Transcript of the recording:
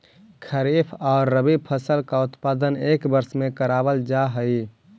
खरीफ और रबी फसल का उत्पादन एक वर्ष में करावाल जा हई